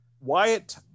Wyatt